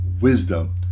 wisdom